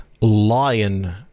lion